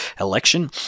election